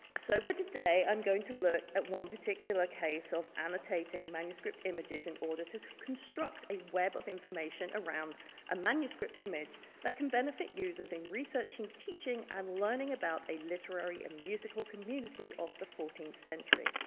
so for today i'm going to look at one particular case of annotating manuscript images in auditors who construct a web of information around a manuscript image that can benefit users in researching, teaching, and learning about a literary and musical community of the fourteenth century.